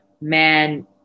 man